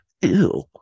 ew